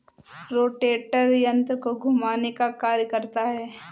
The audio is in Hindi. रोटेटर यन्त्र को घुमाने का कार्य करता है